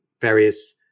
various